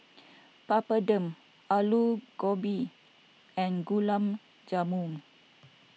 Papadum Alu Gobi and Gulab Jamun